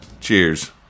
cheers